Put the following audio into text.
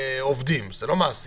כך שזה לא מעשי.